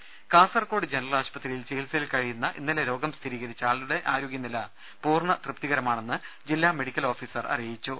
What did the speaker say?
ദർദ Kasaragod general ആശുപത്രിയിൽ ചികിത്സയിൽ കഴിയുന്ന ഇന്നലെ രോഗം സ്ഥിരീകരിച്ച ആളുടെ ആരോഗ്യനില പൂർണ്ണ തൃപ്തികരമാണെന്ന് ജില്ലാമെഡിക്കൽ ഓഫീസർ അറിയിച്ചു